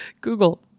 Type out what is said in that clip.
Google